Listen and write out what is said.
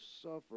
suffer